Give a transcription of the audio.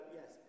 yes